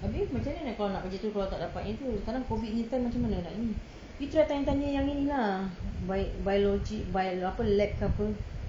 abeh macam mana kalau gitu kalau tak dapat sekarang COVID punya time macam mana nak ni you try tanya tanya yang lain lah biology biology lab ke apa